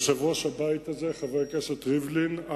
יושב-ראש הבית חבר הכנסת ריבלין,